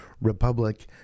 Republic